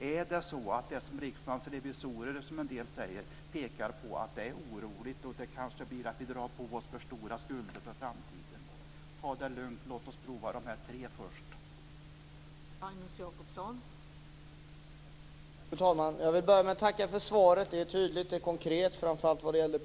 Är det så som en del säger, att Riksdagens revisorer pekar på att det är oroligt och vi kanske drar på oss för stora skulder inför framtiden? Ta det lugnt. Låt oss prova de här tre projekten först.